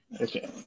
Okay